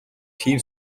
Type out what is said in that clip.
тийм